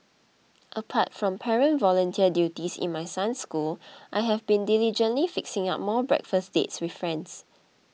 apart from parent volunteer duties in my son's school I have been diligently fixing up more breakfast dates with friends